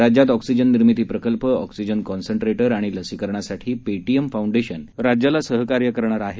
राज्यात ऑक्सिजन निर्मिती प्रकल्प ऑक्सिजन कॉन्स्ट्रेटर आणि लसीकरणासाठी पेटीएम फाऊंडेशन राज्य शासनाला सहकार्य करणार आहे